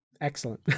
Excellent